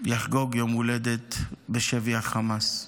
יחגוג יום הולדת בשבי החמאס,